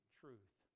truth